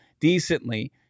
decently